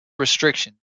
restriction